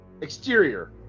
Exterior